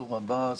מנסור עבאס.